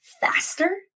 faster